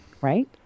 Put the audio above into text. Right